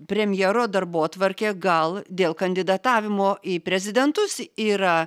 premjero darbotvarkė gal dėl kandidatavimo į prezidentus yra